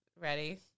ready